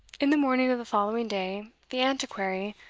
in the morning of the following day, the antiquary,